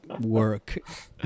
work